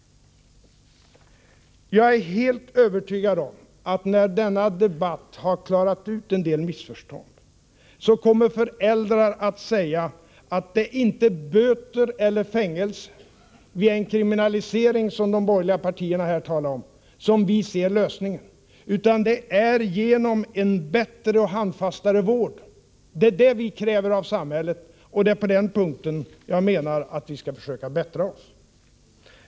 Jag är helt övertygad om att när denna debatt har klarat ut en del missförstånd, kommer föräldrar att säga att det inte är i böter eller fängelse, vid en kriminalisering som de borgerliga partierna talar om, som man ser lösningen, utan genom en bättre och mera handfast vård. Det är vad man kräver av samhället. Jag menar att det är på denna punkt som vi skall försöka bättra oss.